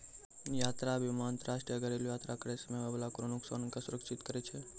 यात्रा बीमा अंतरराष्ट्रीय या घरेलु यात्रा करै समय होय बाला कोनो नुकसानो के सुरक्षित करै छै